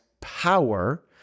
power